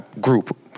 group